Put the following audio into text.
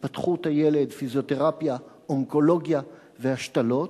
התפתחות הילד, פיזיותרפיה, אונקולוגיה והשתלות,